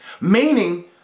meaning